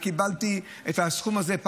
קיבלתי את הסכום הזה,